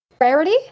Rarity